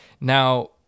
Now